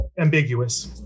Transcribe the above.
ambiguous